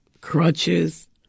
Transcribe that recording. crutches